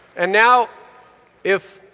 and now if,